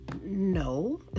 No